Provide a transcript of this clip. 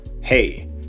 Hey